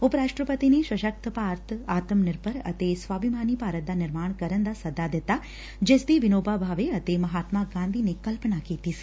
ਉਪ ਰਾਸ਼ਟਰਪਤੀ ਨੇ ਸ਼ਸਕਤ ਭਾਰਤ ਆਤਮ ਨਿਰਭਰ ਅਤੇ ਸਵਾਭੀਮਾਨੀ ਭਾਰਤ ਦਾ ਨਿਰਮਾਣ ਕਰਨ ਦਾ ਸੱਦਾ ਦਿੱਤਾ ਜਿਸ ਦੀ ਵਿਨੋਬਾ ਭਾਵੇ ਅਤੇ ਮਹਾਤਮਾ ਗਾਂਧੀ ਨੇ ਕਲਪਨਾ ਕੀਤੀ ਸੀ